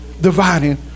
dividing